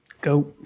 go